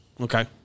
Okay